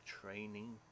training